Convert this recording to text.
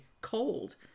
cold